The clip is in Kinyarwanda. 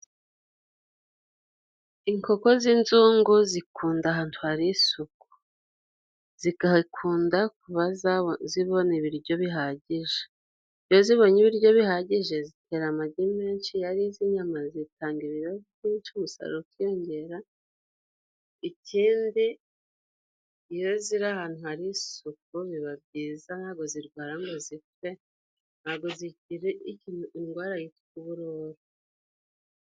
Inkoko z'inzungu zikunda ahantu hari isuku, zikahakunda kuba zibona ibiryo bihagije. Iyo zibonye ibiryo bihagije, zitera amagi menshi, iyo ari iz'inyama zitanga ibiro byinshi, umusaruro ukiyongera. Ikindi iyo ziri ahantu hari isuku biba byiza, ntabwo zirwara ngo zipfe, ntabwo zigira indwara yitwa uburoro.